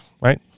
right